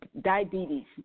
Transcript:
diabetes